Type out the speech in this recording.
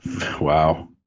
Wow